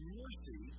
mercy